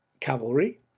cavalry